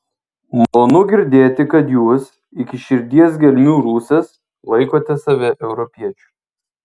malonu girdėti kad jūs iki širdies gelmių rusas laikote save europiečiu